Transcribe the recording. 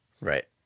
Right